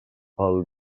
pel